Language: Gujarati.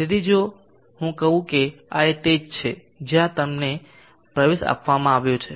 તેથી જો હું કહું કે આ તે જ છે જ્યાં તેને પ્રવેશ આપવામાં આવ્યો છે